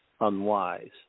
unwise